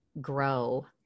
grow